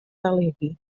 delegui